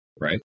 right